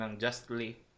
justly